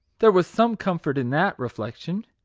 there was some comfort in that reflection.